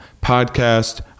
podcast